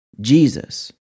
jesus